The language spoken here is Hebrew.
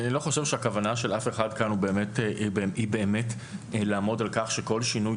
אני לא חושב שהכוונה של אף אחד כאן היא באמת לעמוד על כך שכל שינוי